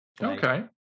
okay